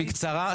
בקצרה,